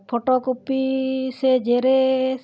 photocopy ᱥᱮ xerox